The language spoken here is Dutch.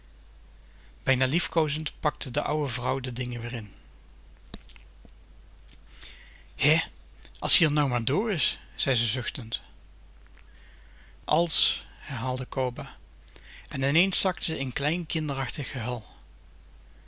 bijna liefkoozend pakte de ouwe vrouw de dingen weer in hè als-ie r nou maar dr is zei ze zuchtend als herhaalde coba en ineens zakte ze in klein kinderachtig